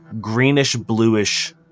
greenish-bluish